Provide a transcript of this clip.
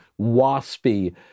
waspy